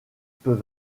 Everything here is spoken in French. peut